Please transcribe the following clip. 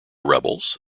rebels